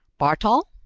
bartol?